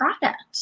product